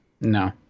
No